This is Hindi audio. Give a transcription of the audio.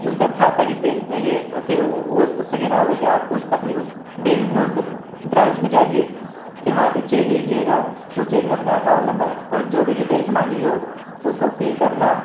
उसका खाता किस बैंक में है और फिर वो उससे कहना होगा कि आप उस अपनी उस बैंक में उस ब्रांच में जाइए फिर वहाँ से चेक लीजिएगा उस चेक में अपना अकाउंट नंबर और जो भी डिटेल्स मांगी हो उसको फिल करना